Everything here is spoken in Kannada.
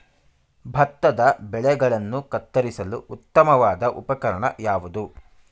ಭತ್ತದ ಬೆಳೆಗಳನ್ನು ಕತ್ತರಿಸಲು ಉತ್ತಮವಾದ ಉಪಕರಣ ಯಾವುದು?